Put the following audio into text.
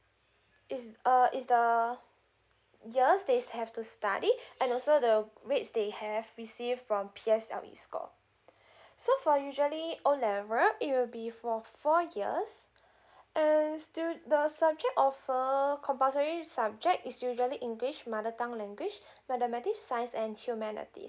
it's uh it's the years they have to study and also the grades they have receive from P_S_L_E score so for usually O level it will be for four years uh still the subject offer compulsory subject is usually english mother tongue language mathematic science and humanity